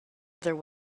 other